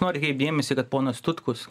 noriu atkreipt dėmesį kad ponas tutkus